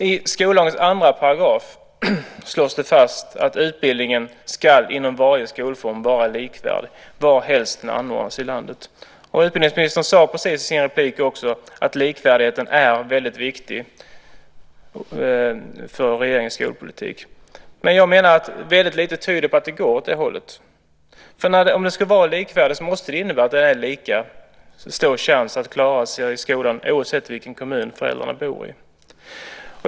I skollagens 2 § slås fast att utbildningen inom varje skolform ska vara likvärdig varhelst den anordnas i landet. Utbildningsministern sade precis i sin replik också att likvärdigheten är väldigt viktig för regeringens skolpolitik. Men jag menar att väldigt lite tyder på att det går åt det hållet. Om den ska vara likvärdig måste det ju innebära att det är lika stor chans att klara sig i skolan oavsett vilken kommun föräldrarna bor i.